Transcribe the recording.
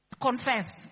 Confess